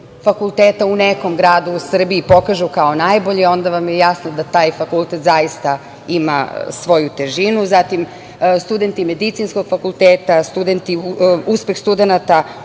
fakulteta u Srbiji pokažu kao najbolji, onda vam je jasno da taj fakultet zaista ima svoju težinu. Zatim, studenti medicinskog fakulteta, uspeh studenata